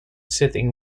sitting